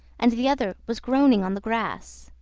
and the other was groaning on the grass.